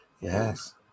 yes